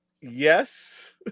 yes